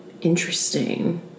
Interesting